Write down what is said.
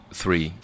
three